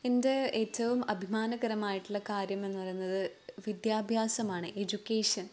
എൻ്റെ ഏറ്റവും അഭിമാനകരമായിട്ടുള്ള കാര്യം എന്ന് പറയുന്നത് വിദ്യാഭ്യാസമാണ് എജ്യൂക്കേഷൻ